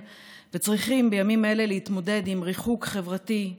וצריכים בימים אלה להתמודד עם ריחוק חברתי,